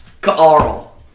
Carl